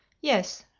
yes,